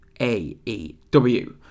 AEW